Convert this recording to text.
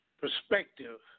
perspective